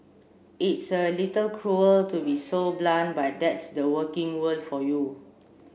it's a little cruel to be so blunt but that's the working world for you